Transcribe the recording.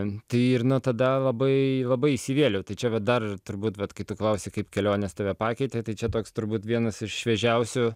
ten tai ir nuo tada labai labai įsivėliau tai čia vat dar ir turbūt vat kai tu klausi kaip kelionės tave pakeitė tai čia toks turbūt vienas iš šviežiausių